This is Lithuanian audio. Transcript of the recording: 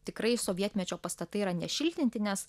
tikrai sovietmečio pastatai yra nešiltinti nes